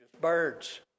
Birds